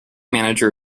manager